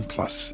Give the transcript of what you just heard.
Plus